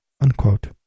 Unquote